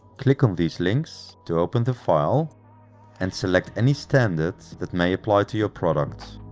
click on these links to open the file and select any standard that may apply to your product.